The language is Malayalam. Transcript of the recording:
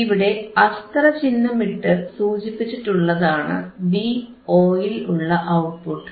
ഇവിടെ അസ്ത്രചിഹ്നമിട്ട് സൂചിപ്പിച്ചിട്ടുള്ളതാണ് Vo ൽ ഉള്ള ഔട്ട്പുട്ട്